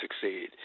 succeed